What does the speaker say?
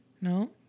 No